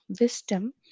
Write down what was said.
wisdom